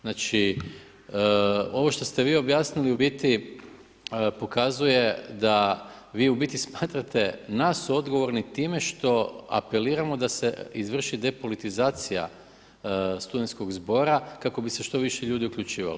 Znači, ovo što ste vi objasnili u biti pokazuje da vi u biti smatrate nas odgovorni tim što apeliramo da se izvrši depolitizacija studenskog zbora kako bi se što više ljudi uključivalo.